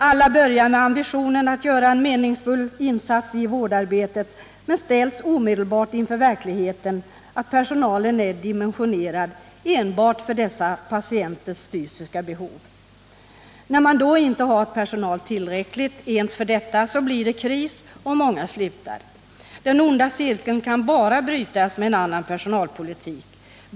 Alla börjar med ambitionen att göra en meningsfull insats i vårdarbetet, men ställs omedelbart inför verkligheten att personalen är dimensionerad enbart för patienternas fysiska behov. När man då inte har personal tillräckligt ens för detta blir det kris och många slutar. Den onda cirkeln kan brytas bara med en annan personalpolitik.